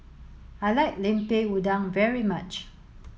I like Lemper Udang very much